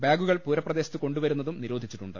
ബാഗ്ുകൾ പൂരപ്രദേശത്ത് കൊണ്ടുവരുന്നതും നിരോധിച്ചിട്ടുണ്ട്